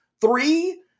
Three